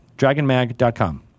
Dragonmag.com